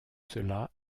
cela